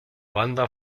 banda